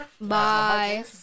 Bye